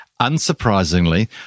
unsurprisingly